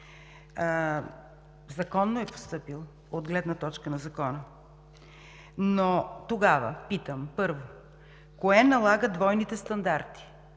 Законно е постъпил от гледна точка на закона. Но тогава питам, първо, кое налага двойните стандарти